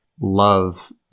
love